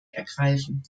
ergreifen